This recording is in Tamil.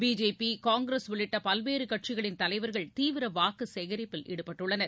பிஜேபி காங்கிரஸ் உள்ளிட்ட பல்வேறு கட்சிகளின் தலைவர்கள் தீவிர வாக்கு சேகரிப்பில் ஈடுபட்டுள்ளனர்